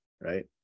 right